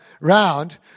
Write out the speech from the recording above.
round